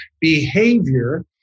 behavior